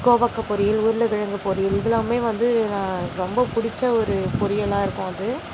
கோவக்காய் பொரியல் உருளைக்கெழங்கு பொரியல் இதெலாமே வந்து ரா ரொம்ப பிடிச்ச ஒரு பொரியலாக இருக்கும் அது